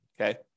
okay